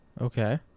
okay